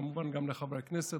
כמובן גם לחברי הכנסת,